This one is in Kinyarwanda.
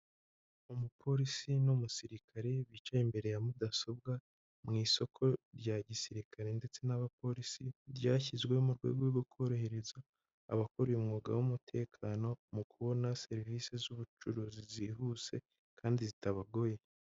Umupolisi n'umusirikare bicaye imbere ya mudasobwa mu isoko rya gisirikare ndetse n'abapolisi, ryashyizweho mu rwego rwo korohereza abakora uy mwuga w'umutekano mu kubona serivisi z'ubucuruzi zihuse kandi zitabagoye.